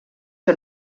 que